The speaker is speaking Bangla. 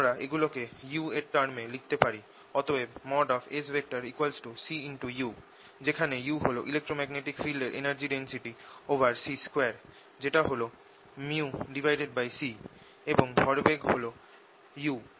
আমরা ওগুলোকে u এর টার্মে লিখতে পারি অতএব S cu যেখানে u হল ইলেক্ট্রোম্যাগনেটিক ফিল্ড এর এনার্জি ডেন্সিটি ওভার C2 যেটা হল µc এবং ভরবেগ প্রবাহ হল u